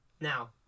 Now